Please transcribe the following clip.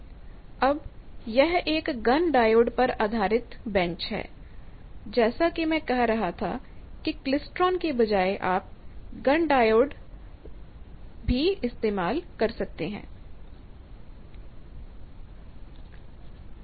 अब यह एक गन डायोड पर आधारित बेंच है जैसा कि मैं कह रहा था कि क्लेस्ट्रॉन के बजाय आपके पास गन डायोड भी हो सकता है